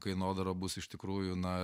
kainodara bus iš tikrųjų na